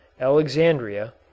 Alexandria